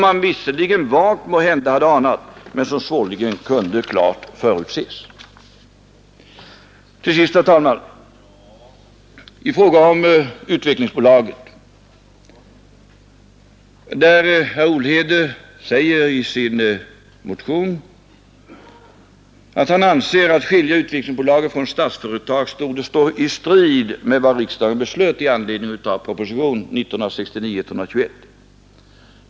Det visade sig vara svårt att realisera marken med tillhörande fastigheter, och banken beslöt att låta bolaget vara kvar till dess att ett mera gynnsamt resultat kunde uppnås, och eftersom bruksrörelsen lagts ned ändrades bolagets namn till AB Credentia.